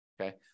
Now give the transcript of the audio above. okay